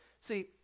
See